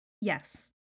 Yes